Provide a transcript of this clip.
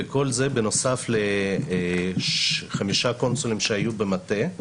וכל זה בנוסף לחמישה קונסולים שהיו במטה,